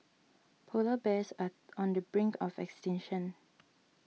Polar Bears are on the brink of extinction